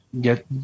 get